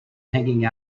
hanging